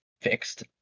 fixed